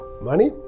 money